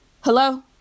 Hello